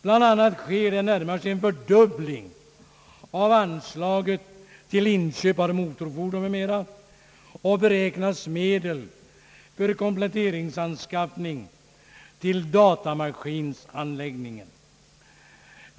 Bland annat sker en förstärkning av anslaget till inköp av motorfordon m.m., och medel beräknas till en komplettering av datamaskinanläggningen.